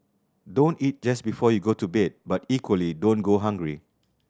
don't eat just before you go to bed but equally don't go hungry